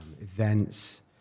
events